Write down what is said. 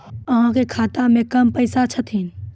अहाँ के खाता मे कम पैसा छथिन?